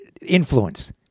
influence